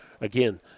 again